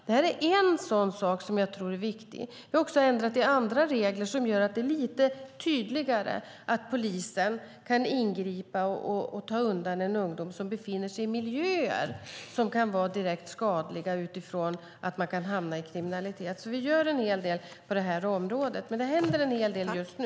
Detta är en sak som jag tror är viktig. Vi har också ändrat i andra regler och gjort det lite tydligare att polisen kan ingripa och ta undan en ungdom som befinner sig i miljöer som kan vara direkt skadliga därför att man kan hamna i kriminalitet. Vi gör alltså en hel del på det här området, och det händer en hel del just nu.